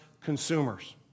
consumers